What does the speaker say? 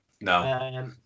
no